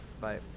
Bye